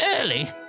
early